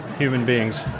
human beings